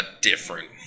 different